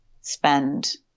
spend